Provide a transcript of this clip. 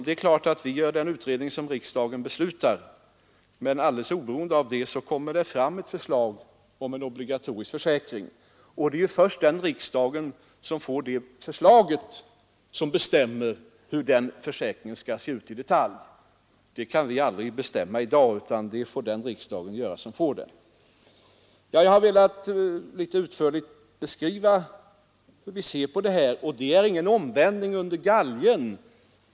Det är klart att vi gör den utredning som riksdagen beslutar, men alldeles oberoende av det kommer det fram ett förslag om en obligatorisk försäkring. Och det är först den riksdag som får detta förslag som bestämmer hur försäkringen skall se ut i detalj. Det kan vi inte bestämma i dag. Jag har velat någorlunda utförligt beskriva hur vi ser på denna fråga. Det är ingen omvändning under galgen.